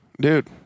Dude